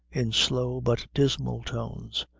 in slow but dismal tones,